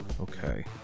okay